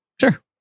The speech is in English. Sure